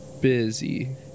Busy